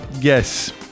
yes